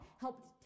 helped